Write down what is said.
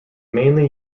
mainly